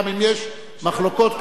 גם אם יש מחלוקות קשות,